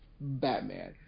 Batman